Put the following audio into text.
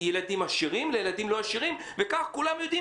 ילדים עשירים לילדים לא עשירים וכך כולם יודעים